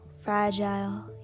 fragile